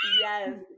yes